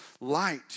light